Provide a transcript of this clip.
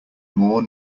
more